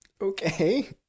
Okay